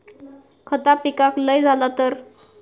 खता पिकाक लय झाला तर?